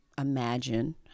imagine